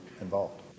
involved